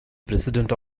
president